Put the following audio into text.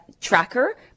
tracker